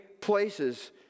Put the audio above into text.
places